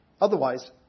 otherwise